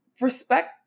respect